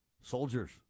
soldiers